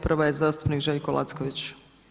Prva je zastupnik Željko Lacković.